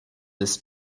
this